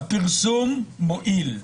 הפרסום מועיל.